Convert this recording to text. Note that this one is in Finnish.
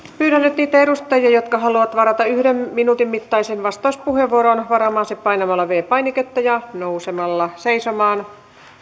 pyydän nyt niitä edustajia jotka haluavat varata yhden minuutin mittaisen vastauspuheenvuoron varaamaan sen painamalla viides painiketta ja nousemalla seisomaan